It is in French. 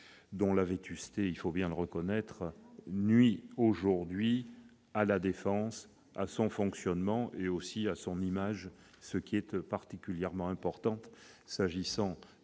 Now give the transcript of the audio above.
dont la vétusté, il faut le reconnaître, nuit aujourd'hui à La Défense, à son fonctionnement et, aussi, à son image, ce qui est particulièrement important s'agissant